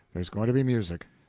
there's going to be music.